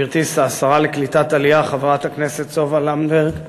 גברתי השרה לקליטת העלייה חברת הכנסת סופה לנדבר,